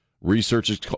researchers